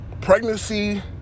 Pregnancy